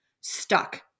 stuck